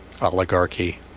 Oligarchy